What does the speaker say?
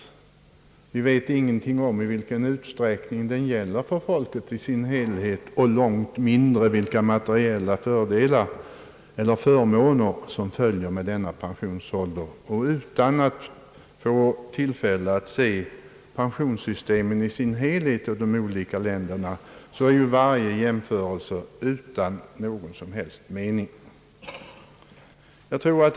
Vi vet ingenting om i vilken utsträckning den gäller för folket i dess helhet och långt mindre vilka materiella förmåner som följer med denna pensionsålder. Utan att få tillfälle att se pensionssystemet i dess helhet i de olika länderna måste man ju finna varje jämförelse meningslös.